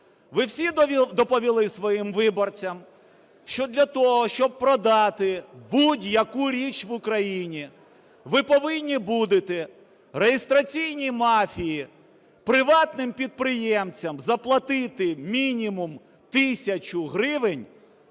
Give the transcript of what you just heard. Ви всі доповіли своїм виборцям, що для того, щоб продати будь-яку річ в Україні, ви повинні будете реєстраційній мафії, приватним підприємцям заплатити мінімум тисячу гривень